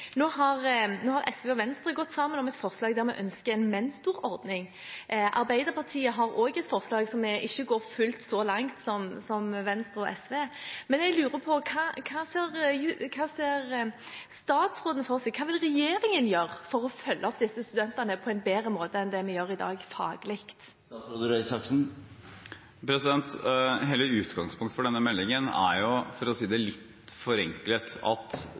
Nå har SV og Venstre gått sammen om et forslag der vi ønsker en mentorordning. Arbeiderpartiet har også et forslag som ikke går fullt så langt som Venstre og SVs. Jeg lurer på: Hva ser statsråden for seg? Hva vil regjeringen gjøre for å følge opp studentene faglig på en bedre måte enn det vi gjør i dag? Hele utgangspunktet for denne meldingen er, for å si det litt forenklet, at